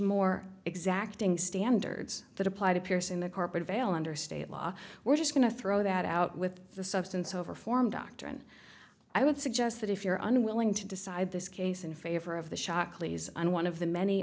more exacting standards that apply to peers in the corporate veil under state law we're just going to throw that out with the substance over form doctrine i would suggest that if you're unwilling to decide this case in favor of the shockley's and one of the many